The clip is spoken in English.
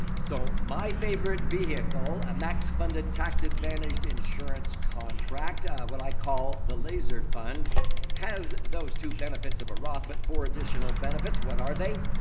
so, my favorite vehicle, a max-funded, tax-advantaged insurance contract what i call the laser fund has those two benefits of a roth but four additional benefits. what are they?